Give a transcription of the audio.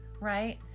right